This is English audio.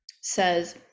says